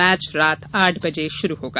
match रात आठ बजे शुरू होगा